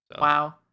Wow